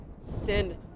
send